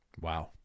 Wow